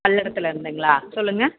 பல்லடத்தில் இருந்துங்களா சொல்லுங்கள்